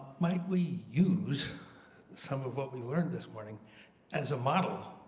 might we use some of what we learned this morning as a model